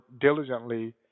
diligently